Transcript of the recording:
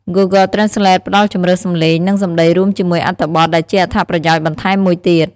Google Translate ផ្តល់ជម្រើសសំឡេង និងសំដីរួមជាមួយអត្ថបទ ដែលជាអត្ថប្រយោជន៍បន្ថែមមួយទៀត។